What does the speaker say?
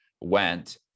went